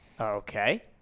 Okay